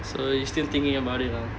so you still thinking about it lah